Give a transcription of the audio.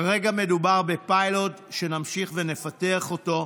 כרגע מדובר בפיילוט, ונמשיך ונפתח אותו.